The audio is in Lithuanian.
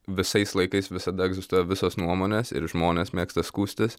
visais laikais visada egzistuoja visos nuomonės ir žmonės mėgsta skųstis